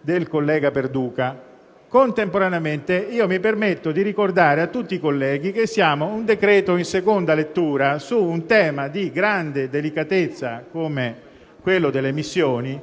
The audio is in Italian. del collega Perduca. Contemporaneamente, mi permetto di ricordare a tutti i colleghi che stiamo esaminando un decreto in seconda lettura su un tema di grande delicatezza, quello delle missioni,